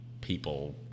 people